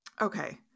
Okay